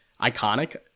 iconic